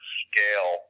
scale